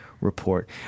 report